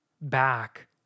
back